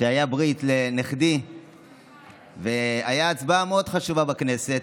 כשהייתה ברית לנכדי והייתה הצבעה מאוד חשובה בכנסת,